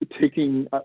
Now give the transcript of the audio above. taking